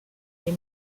les